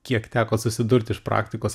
kiek teko susidurt iš praktikos